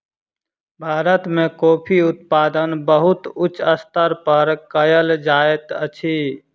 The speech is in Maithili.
भारत में कॉफ़ी उत्पादन बहुत उच्च स्तर पर कयल जाइत अछि